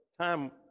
time